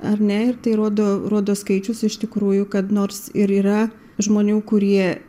ar ne ir tai rodo rodo skaičius iš tikrųjų kad nors ir yra žmonių kurie